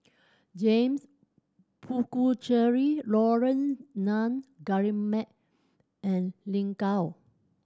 James Puthucheary Laurence Nun Guillemard and Lin Gao